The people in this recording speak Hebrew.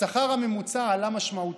השכר הממוצע עלה משמעותית.